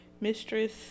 mistress